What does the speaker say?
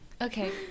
Okay